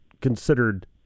considered